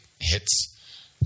hits